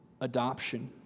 adoption